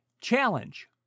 Challenge